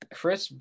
Chris